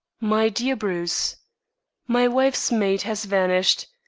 my dear bruce my wife's maid has vanished.